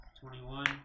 Twenty-one